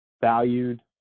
valued